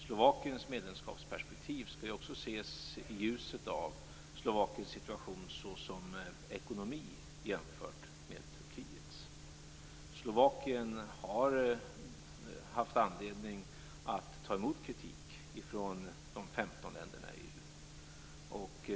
Slovakiens medlemskapsperspektiv skall också ses i ljuset av Slovakiens situation såsom ekonomi jämfört med Turkiets. Slovakien har haft anledning att ta emot kritik från de 15 länderna i EU.